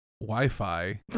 Wi-Fi